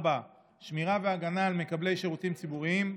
4. שמירה והגנה על מקבלי שירותים ציבוריים,